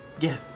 Yes